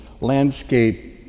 landscape